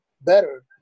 better